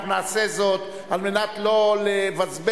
מנהלת הוועדה,